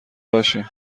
باشین